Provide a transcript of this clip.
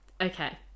okay